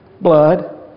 blood